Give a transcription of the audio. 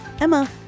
Emma